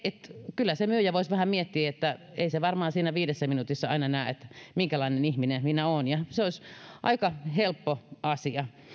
kyllä se myyjä voisi vähän miettiä että ei se varmaan siinä viidessä minuutissa aina näe minkälainen ihminen minä olen ja se olisi aika helppo asia